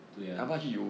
对啊